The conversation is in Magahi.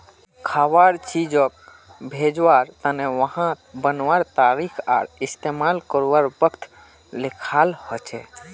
खवार चीजोग भेज्वार तने वहात बनवार तारीख आर इस्तेमाल कारवार वक़्त लिखाल होचे